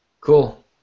Cool